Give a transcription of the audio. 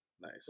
nice